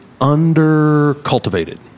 under-cultivated